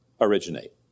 originate